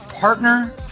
partner